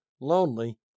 lonely